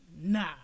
Nah